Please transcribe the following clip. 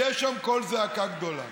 יהיה שם קול זעקה גדולה.